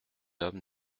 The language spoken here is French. hommes